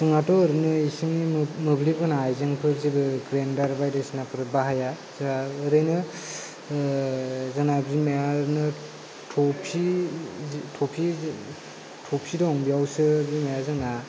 जोंहाथ बिदिनो मोब्लिब गोनां ग्रेनडार आयजेंफोर बाहाया ओरैनो जोंना बिमाया ओरैनो थफि थफि दं बेयावसो बिमाया जोंना